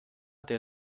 der